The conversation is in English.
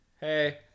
Hey